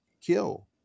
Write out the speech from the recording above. kill